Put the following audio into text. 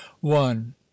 one